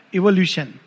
evolution